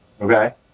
Okay